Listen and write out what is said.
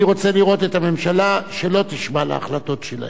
אני רוצה לראות את הממשלה שלא תשמע להחלטות שלהם.